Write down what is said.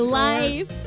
life